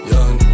Young